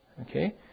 Okay